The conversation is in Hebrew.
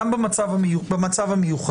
גם במצב המיוחד.